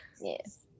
Yes